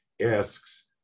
asks